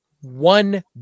one